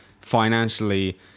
financially